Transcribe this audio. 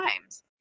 times